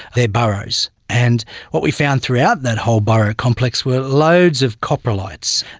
their burrows. and what we found throughout that whole burrow complex were loads of coprolites.